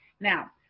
Now